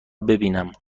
ببینم